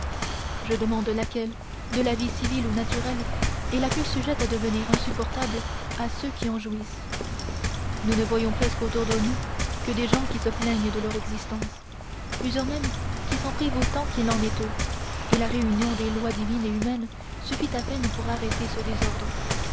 je demande laquelle de la vie civile ou naturelle est la plus sujette à devenir insupportable à ceux qui en jouissent nous ne voyons presque autour de nous que des gens qui se plaignent de leur existence plusieurs même qui s'en privent autant qu'il est en eux et la réunion des lois divine et humaine suffit à peine pour arrêter ce désordre